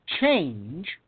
change